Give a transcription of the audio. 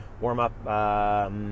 warm-up